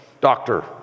doctor